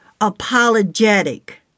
apologetic